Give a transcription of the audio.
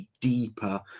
deeper